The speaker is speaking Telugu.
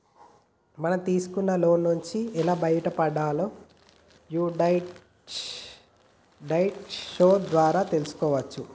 మనం తీసుకున్న లోన్ల నుంచి ఎలా బయటపడాలో యీ డెట్ డైట్ షో ద్వారా తెల్సుకోవచ్చు